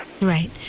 Right